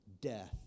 death